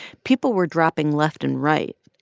people were dropping left and right.